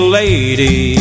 lady